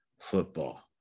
football